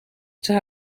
zij